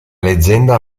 leggenda